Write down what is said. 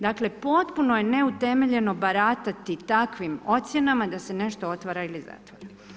Dakle, potpuno je neutemeljeno baratati takvim ocjenama da se nešto otvara ili zatvara.